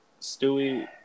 Stewie